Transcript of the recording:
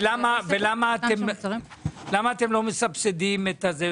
למה אתם לא מסבסדים את הרפתנים?